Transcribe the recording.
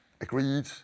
agreed